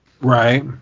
Right